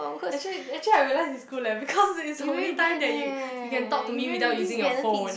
actually actually I realise is good leh because it's the only time that you you can talk to me without using your phone